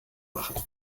machen